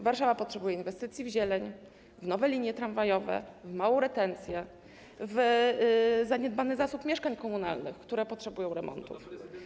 Warszawa potrzebuje inwestycji w zieleń, w nowe linie tramwajowe, w małą retencję, w zaniedbany zasób mieszkań komunalnych, które potrzebują remontów.